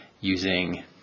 using